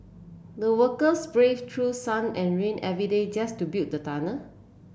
the workers brave through sun and rain every day just to build the